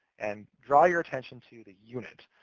and draw your attention to the unit,